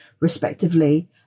respectively